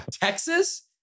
Texas